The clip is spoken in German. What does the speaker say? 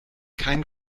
kein